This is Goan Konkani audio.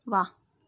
व्वा